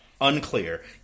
Unclear